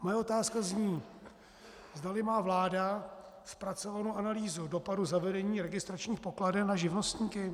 Moje otázka zní, zdali má vláda zpracovanou analýzu dopadu zavedení registračních pokladen na živnostníky.